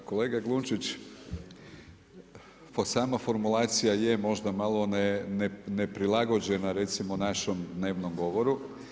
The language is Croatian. Ma, kolega Glunčić pa sama formulacije je možda malo neprilagođena recimo našem dnevnom govoru.